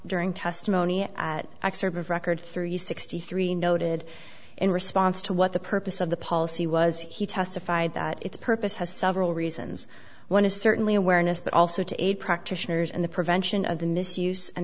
during testimony at excerpt of record three sixty three noted in response to what the purpose of the policy was he testified that its purpose has several reasons one is certainly awareness but also to aid practitioners in the prevention of the misuse an